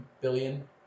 billion